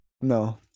no